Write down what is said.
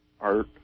art